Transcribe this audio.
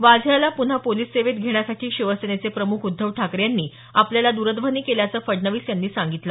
वाझे याला पुन्हा पोलिस सेवेत घेण्यासाठी शिवसेनेचे प्रमुख उद्धव ठाकरे यांनी आपल्याला द्रध्वनी केल्याचं फडणवीस यांनी सांगितलं